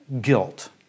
guilt